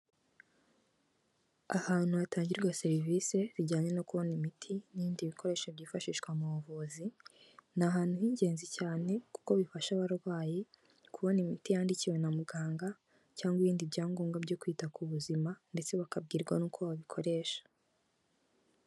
Ahantu hatangirwa serivise zijyanye no kubona imiti n'ibindi bikoresho byifashishwa mu buvuzi. Ni ahantu h'ingenzi cyane kuko bifasha abarwayi kubona imiti yandikiwe na muganga cyangwa ibindi byangombwa byo kwita ku buzima ndetse bakabwirwa n'uko babikoresha.